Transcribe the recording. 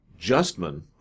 Justman